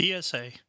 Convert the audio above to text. PSA